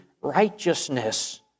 righteousness